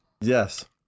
Yes